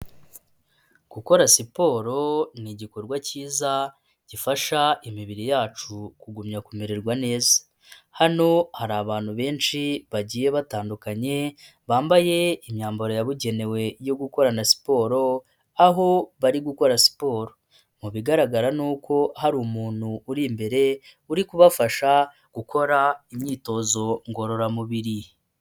Gukora siporo ni igikorwa cyiza gifasha imibiri yacu kugumya kumererwa neza. Hano hari abantu benshi bagiye batandukanye, bambaye imyambaro yabugenewe yo gukora siporo, aho bari gukora siporo. Mu bigaragara ni uko hari umuntu uri imbere, uri kubafasha gukora imyitozo ngororamubiri.